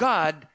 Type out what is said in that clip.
God